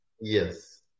Yes